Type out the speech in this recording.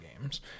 games